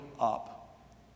up